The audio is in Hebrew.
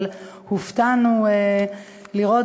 אבל הופתענו לראות